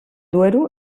duero